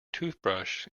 toothbrush